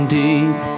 deep